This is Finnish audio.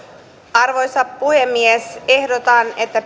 arvoisa puhemies ehdotan että